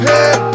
Head